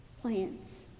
plants